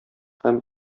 һәм